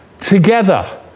together